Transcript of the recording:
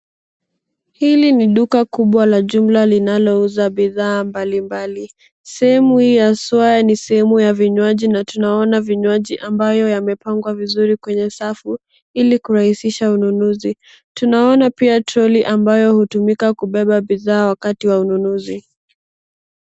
Hili ni duka kubwa la jumla linalouza bidhaa mbalimbali. Sehemu hii haswa ni sehemu ya vinywaji na tunaona vinywaji ambayo yamepangwa vizuri kwenye safu ili kurahisisha ununuzi. Tunaona pia troli ambayo hutumika kubeba bidhaa wakati wa ununuzi.